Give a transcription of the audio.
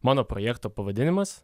mano projekto pavadinimas